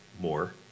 more